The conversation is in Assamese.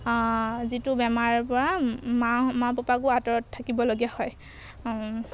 যিটো বেমাৰৰপৰা মা মা পাপাকো আঁতৰত থাকিবলগীয়া হয়